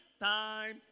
time